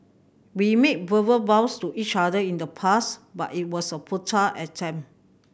we made verbal vows to each other in the past but it was a futile attempt